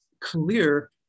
clear